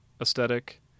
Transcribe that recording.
aesthetic